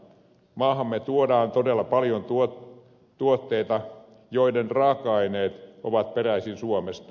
maahamme tuodaan todella paljon tuotteita joiden raaka aineet ovat peräisin suomesta